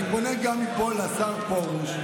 אני פונה גם מפה לשר פרוש,